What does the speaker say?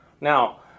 Now